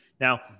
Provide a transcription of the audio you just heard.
Now